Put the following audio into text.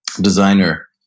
designer